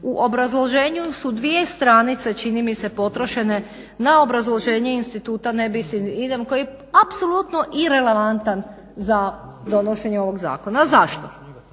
U obrazloženju su dvije stranice čini mi se potrošene na obrazloženje instituta ne bis in idem koji apsolutno i relevantan za donošenje ovog zakona. Zašto?